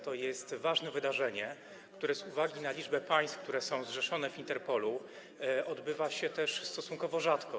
To jest ważne wydarzenie, które z uwagi na liczbę państw, które są zrzeszone w Interpolu, odbywa się stosunkowo rzadko.